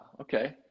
okay